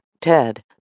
Ted